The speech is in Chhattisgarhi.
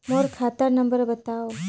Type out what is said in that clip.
मोर खाता नम्बर बताव?